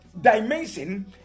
dimension